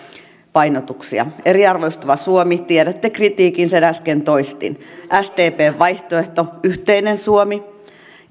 painotuksia eriarvoistuva suomi tiedätte kritiikin sen äsken toistin sdpn vaihtoehto yhteinen suomi